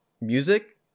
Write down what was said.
Music